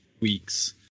weeks